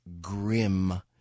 grim